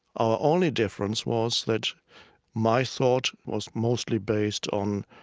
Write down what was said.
our only difference was that my thought was mostly based on